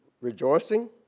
rejoicing